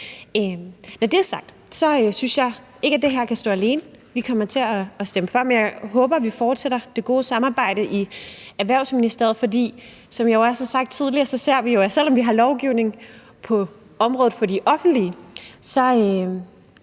Når det er sagt, synes jeg ikke, at det her kan stå alene. Vi kommer til at stemme for, men jeg håber, vi fortsætter det gode samarbejde i Erhvervsministeriet, for som jeg jo også har sagt tidligere, ser vi, at selv om vi har lovgivning på området for de offentlige